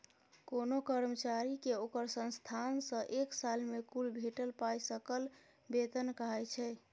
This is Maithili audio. कोनो कर्मचारी केँ ओकर संस्थान सँ एक साल मे कुल भेटल पाइ सकल बेतन कहाइ छै